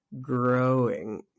growing